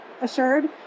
assured